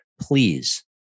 please